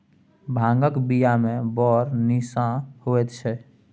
भांगक बियामे बड़ निशा होएत छै